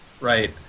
right